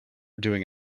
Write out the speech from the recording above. doing